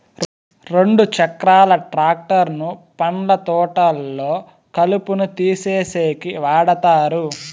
రెండు చక్రాల ట్రాక్టర్ ను పండ్ల తోటల్లో కలుపును తీసేసేకి వాడతారు